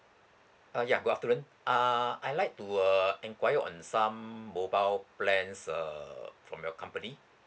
uh ya good afternoon ah I like to uh enquire on some mobile plans err from your company